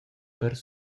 per